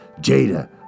Jada